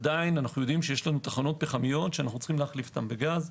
עדיין יש לנו תחנות פחמיות שאנו צריכים להחליפן בגז.